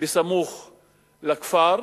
בסמוך לכפר.